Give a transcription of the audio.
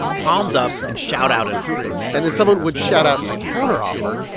palms up, and shout out an offer and then someone would shout out a counteroffer,